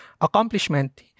accomplishment